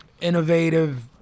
innovative